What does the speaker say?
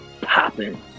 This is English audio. popping